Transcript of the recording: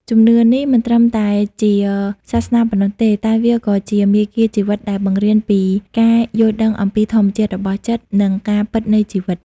ជំនឿនេះមិនត្រឹមតែជាសាសនាប៉ុណ្ណោះទេ តែវាក៏ជាមាគ៌ាជីវិតដែលបង្រៀនពីការយល់ដឹងអំពីធម្មជាតិរបស់ចិត្ត និងការពិតនៃជីវិត។